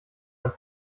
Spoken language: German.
ein